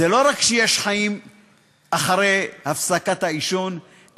זה לא רק שיש חיים אחרי הפסקת העישון,